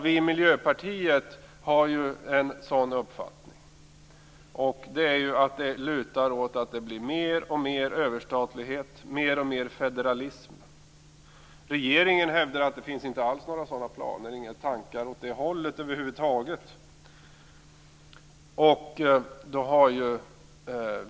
Vi i Miljöpartiet har ju en sådan uppfattning. Det lutar åt att det blir mer och mer överstatlighet, mer och mer federalism. Regeringen hävdar att det inte alls finns några sådana planer. Det finns över huvud taget inga tankar åt det hållet.